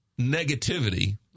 negativity